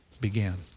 began